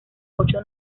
ocho